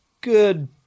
good